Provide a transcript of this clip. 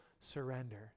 surrender